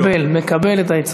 מקבל, מקבל את העצה.